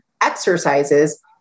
exercises